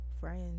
friends